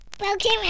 Welcome